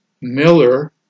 Miller